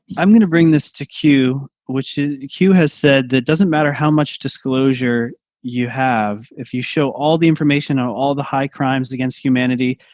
i'm going to bring this to q, which q has said that doesn't matter how much disclosure you have, if you show all the information or all the high crimes against humanity,